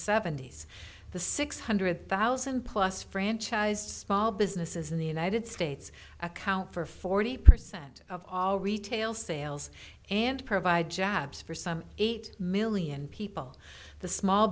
seventy s the six hundred thousand plus franchised small businesses in the united states account for forty percent of all retail sales and provide jobs for some eight million people the small